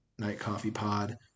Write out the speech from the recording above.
nightcoffeepod